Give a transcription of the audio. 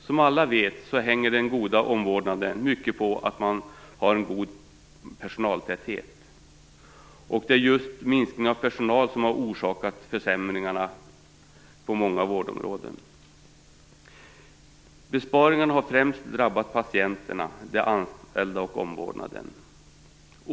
Som alla vet hänger den goda omvårdnaden mycket på att man har en god personaltäthet, och just minskningen av personal har orsakat försämringarna på många vårdområden. Besparingarna har främst drabbat patienterna, de anställda och omvårdnaden.